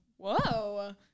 Whoa